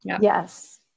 Yes